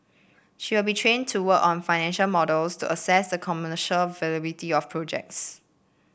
she will be trained to work on financial models to assess the commercial viability of projects